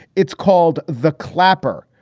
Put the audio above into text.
it's called the clapper.